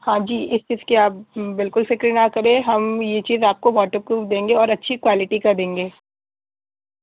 ہاں جی اس چیز کی آپ بالکل فکر نہ کرے ہم یہ چیز آپ کو واٹر پروف دیں گے اور اچھی کوالٹی کا دیں گے